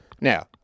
Now